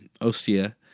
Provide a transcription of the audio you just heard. Ostia